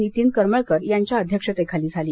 नीतीन करमळकर यांच्या अध्यक्षतेखाली झाली